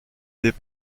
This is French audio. des